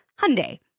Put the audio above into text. Hyundai